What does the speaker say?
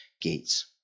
gates